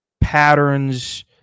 patterns